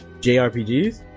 JRPGs